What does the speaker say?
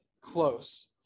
close